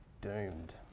doomed